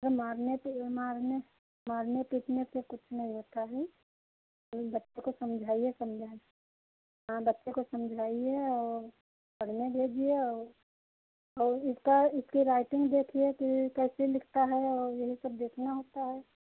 मारने पर मारने मारने पीटने से कुछ नहीं होता है बच्चों को समझाइए समझा हाँ बच्चे को समझाइए और पढ़ने भेजिए और और इसका इसके राइटिंग देखिए कि कैसे लिखता है और यही सब देखना होता है